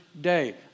day